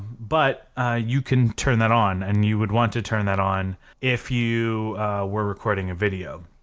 but you can turn that on and you would want to turn that on if you were recording a video.